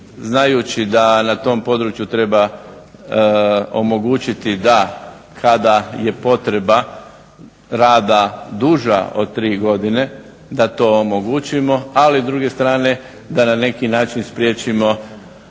znajući da na tom području treba omogućiti da kada je potreba rada duža od tri godine da to omogućimo, ali s druge strane da na neki način spriječimo